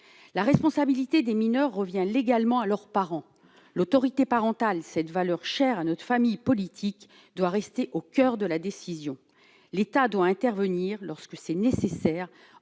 la responsabilité des mineurs revient légalement à leurs parents, l'autorité parentale, cette valeur chère à notre famille politique doit rester au coeur de la décision, l'État doit intervenir lorsque c'est nécessaire,